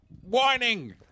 whining